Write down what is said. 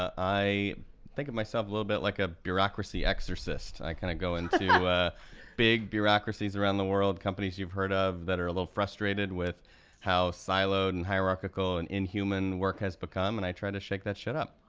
i think of myself little bit like a bureaucracy exorcist. i kinda go into big bureaucracies around the world, companies you've heard of that are a little frustrated with how siloed and hierarchical and inhuman work has become, and i try to shake that shit up.